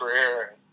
career